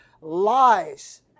Lies